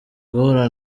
guhura